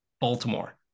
baltimore